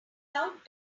out